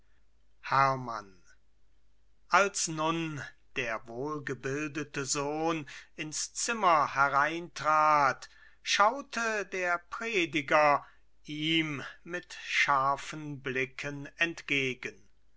hermann als nun der wohlgebildete sohn ins zimmer hereintrat schaute der prediger ihm mit scharfen blicken entgegen